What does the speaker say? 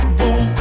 boom